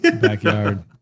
backyard